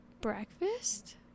breakfast